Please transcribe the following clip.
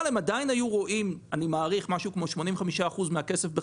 אבל הם עדיין היו רואים בחזרה משהו כמו 85 אחוז מהכסף,